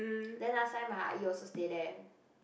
then last time my Ah-Yi also stay there